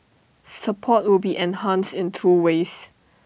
support will be enhanced in two ways